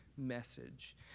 message